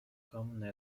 common